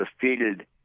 defeated